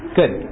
good